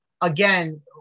again